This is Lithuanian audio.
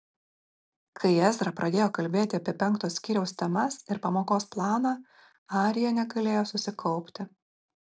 kai ezra pradėjo kalbėti apie penkto skyriaus temas ir pamokos planą arija negalėjo susikaupti